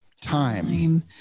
time